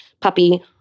Puppy